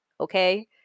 okay